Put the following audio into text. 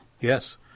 Yes